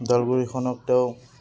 ওদালগুৰিখনক তেওঁ